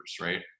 right